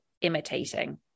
imitating